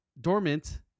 dormant